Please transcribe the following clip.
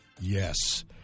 yes